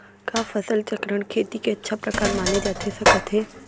का फसल चक्रण, खेती के अच्छा प्रकार माने जाथे सकत हे?